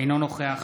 אינו נוכח